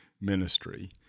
ministry